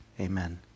amen